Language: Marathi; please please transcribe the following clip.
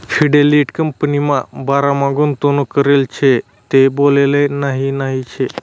फिडेलिटी कंपनीमा बारामा गुंतवणूक करेल शे ते बोलाले नही नही शे